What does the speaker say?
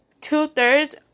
two-thirds